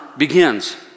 begins